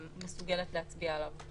מסוגלת להצביע עליו.